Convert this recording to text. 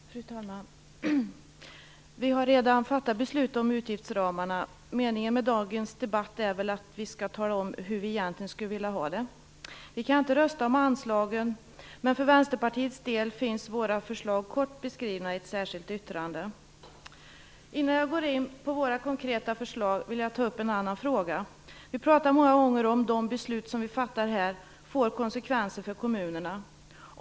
Fru talman! Vi har redan fattat beslut om utgiftsramarna. Meningen med dagens debatt är väl att vi skall tala om hur vi egentligen skulle vilja ha det. Vi kan inte rösta om anslagen, men Vänsterpartiets förslag finns kort beskrivna i ett särskilt yttrande. Innan jag går in på våra konkreta förslag vill jag ta upp en annan fråga. Vi pratar många gånger om huruvida de beslut som vi fattar här får konsekvenser för kommunerna.